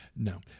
No